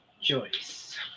Joyce